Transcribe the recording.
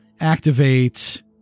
activate